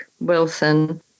Wilson